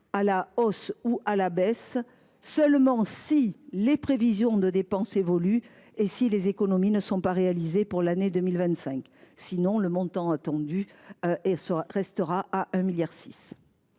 à la hausse ou à la baisse, mais seulement si les prévisions de dépenses évoluent et si les économies ne sont pas réalisées pour l’année 2025. Le montant attendu restera fixé à 1,6 milliard